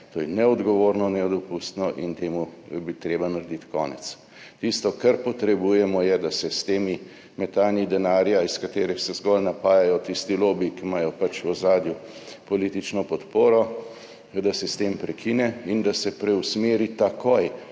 To je neodgovorno, nedopustno in temu je treba narediti konec. Tisto, kar potrebujemo, je, da se s tem metanjem denarja, iz katerega se zgolj napajajo tisti lobiji, ki imajo pač v ozadju politično podporo, prekine in da se preusmeri takoj